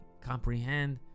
comprehend